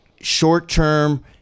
short-term